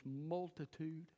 multitude